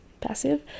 passive